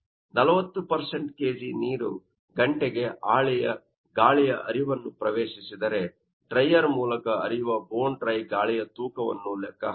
40 kg ನೀರು ಗಂಟೆಗೆ ಗಾಳಿಯ ಹರಿವನ್ನು ಪ್ರವೇಶಿಸಿದರೆ ಡ್ರೈಯರ್ ಮೂಲಕ ಹರಿಯುವ ಬೋನ್ ಡ್ರೈ ಗಾಳಿಯ ತೂಕವನ್ನು ಲೆಕ್ಕಹಾಕಿ